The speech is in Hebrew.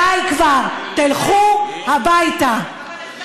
די כבר, תלכו הביתה.